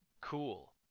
cool